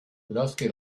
lorsque